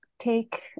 take